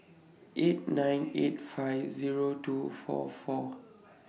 eight nine eight five Zero two four four